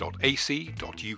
.ac.uk